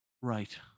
Right